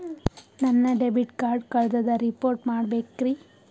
ನನ್ನ debit card ಕಳ್ದದ report ಮಾಡಬೇಕ್ರಿ